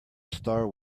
star